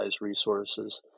resources